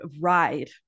ride